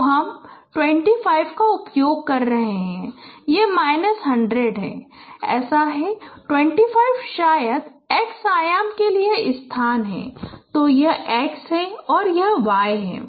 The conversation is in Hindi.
तो हम 25 का उपयोग कर रहे हैं यह माइनस 100 है ऐसा है 25 शायद x आयाम के लिए यह स्थान है तो यह x है यह y है